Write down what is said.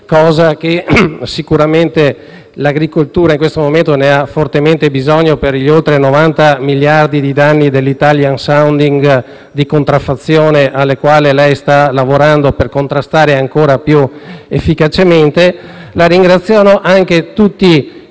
cosa di cui sicuramente l'agricoltura in questo momento ha fortemente bisogno per gli oltre 90 miliardi di danni causati dall'*italian sounding* e dalla contraffazione, fenomeno al quale lei sta lavorando per combatterlo ancora più efficacemente. La ringraziano anche tutti